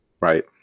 right